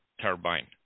turbine